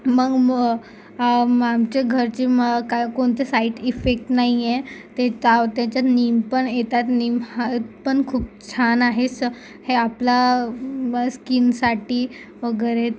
मग आमच्या घरचे म काय कोणते साइड इफेक्ट नाही आहे ते ताव त्याच्यात नीम पण येतात नीम हा पण खूप छान आहे स हे आपला स्कीनसाठी वगैरे